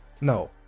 no